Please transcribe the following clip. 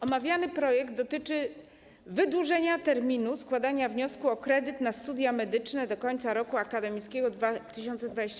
Omawiany projekt dotyczy wydłużenia terminu składania wniosku o kredyt na studia medyczne do końca roku akademickiego 2021/2022.